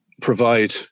provide